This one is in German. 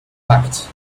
pakt